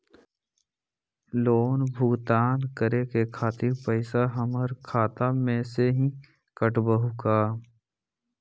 Loan भुगतान करे के खातिर पैसा हमर खाता में से ही काटबहु का?